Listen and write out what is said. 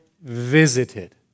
visited